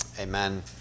Amen